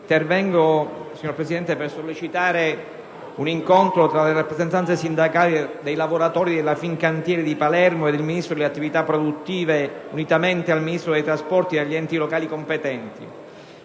intervengo per sollecitare un incontro tra le rappresentanze sindacali dei lavoratori della Fincantieri di Palermo, il Ministro dello sviluppo economico, unitamente al Ministro delle infrastrutture e dei trasporti, e gli enti locali competenti.